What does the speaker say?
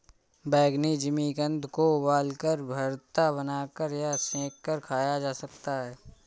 बैंगनी जिमीकंद को उबालकर, भरता बनाकर या सेंक कर खाया जा सकता है